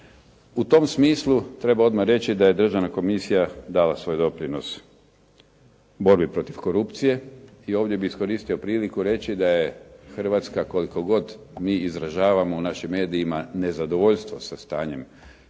U tom smislu treba odmah reći da je državna komisija dala svoj doprinos borbi protiv korupcije i ovdje bih iskoristio priliku reći da je Hrvatska koliko god mi izražavamo u našim medijima nezadovoljstvo sa stanjem korupcije,